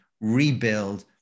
rebuild